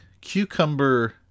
cucumber